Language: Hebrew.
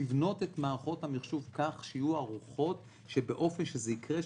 לבנות את מערכות המחשוב כך שתהיינה ערוכות שכשזה יקרה,